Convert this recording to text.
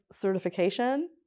certification